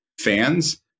fans